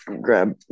grab